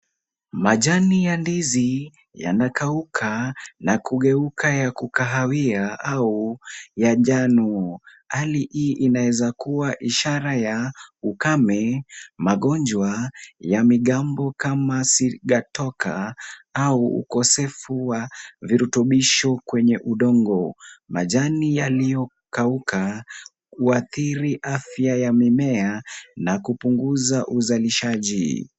Majani ya ndizi yanakauka na kugeuka ya kahawia au ya njano. Hali hii inaeza kuwa ishara ya ukame, magonjwa ya migambo kama sirgatoka au ukosefu wa virutubisho kwenye udongo. Majani yaliyokauka huathiri afya ya mimea na kupunguza uzalishaji.